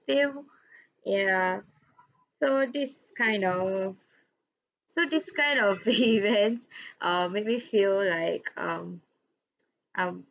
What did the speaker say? ya so this kind of so this kind of events err make me feel like um um